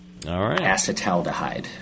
Acetaldehyde